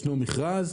ישנו מכרז,